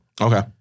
Okay